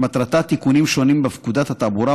שמטרתה תיקונים שונים בפקודת התעבורה,